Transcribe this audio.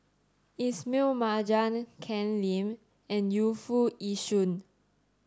Ismail Marjan Ken Lim and Yu Foo Yee Shoon